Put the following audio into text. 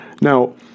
now